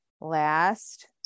Last